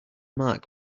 mark